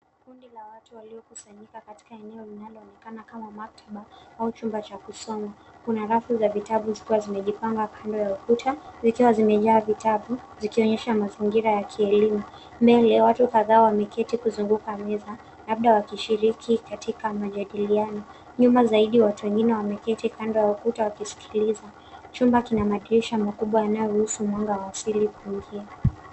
Kundi la watu waliokusanyika katika eneo linaloonekana kama maktaba au chumba cha kusoma. Kuna rafu za vitabu zikiwa zimejipanga kando ya ukuta zikiwa zimejaa vitabu; zikionyesha mazingira ya kielimu. Mbele watu kadhaa wameketi kuzunguka meza labda wakishiriki katika majadiliano. Nyuma zaidi watu wengine wameketi kando ya ukuta wakisikiliza. Chumba kina madirisha makubwa yanayoruhusu mwanga wa asili.